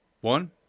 One